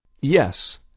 Yes